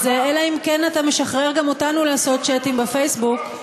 אז אלא אם כן אתה משחרר גם אותנו לעשות צ'אטים בפייסבוק,